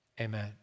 Amen